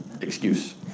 excuse